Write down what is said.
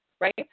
right